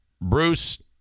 Bruce